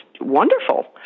wonderful